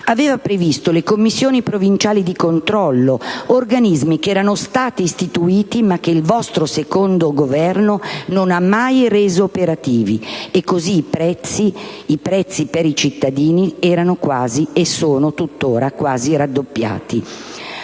aveva previsto le commissioni provinciali di controllo, organismi che erano stati istituiti, ma che il vostro secondo Governo non ha mai reso operativi, e così i prezzi per i cittadini erano e sono tuttora quasi raddoppiati.